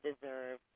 deserve